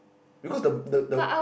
because the the the